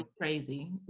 crazy